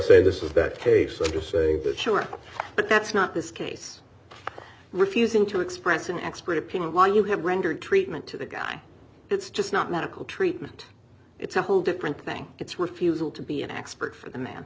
say this is that case sure but that's not this case refusing to express an expert opinion while you have rendered treatment to the guy it's just not medical treatment it's a whole different thing its refusal to be an expert for the m